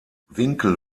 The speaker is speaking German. winkel